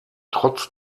trotz